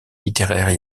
littéraires